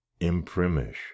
Imprimish